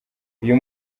uyu